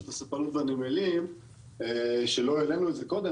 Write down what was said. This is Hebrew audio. הספנות והנמלים שלא העלינו את זה קודם,